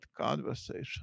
conversation